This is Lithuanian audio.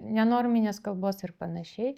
nenorminės kalbos ir panašiai